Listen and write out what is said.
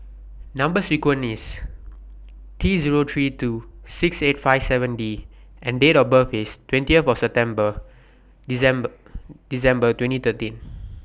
Number sequence IS T Zero three two six eight five seven D and Date of birth IS twentieth September December twenty thirteen